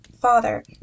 father